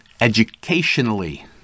educationally